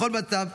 בכל מצב,